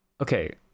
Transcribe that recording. okay